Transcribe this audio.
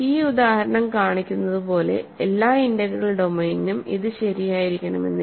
ഈ ഉദാഹരണം കാണിക്കുന്നതുപോലെ എല്ലാ ഇന്റഗ്രൽ ഡൊമെയ്നിനും ഇത് ശരിയായിരിക്കിണമെന്നില്ല